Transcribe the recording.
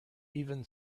even